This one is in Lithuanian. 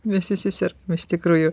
mes visi sergam iš tikrųjų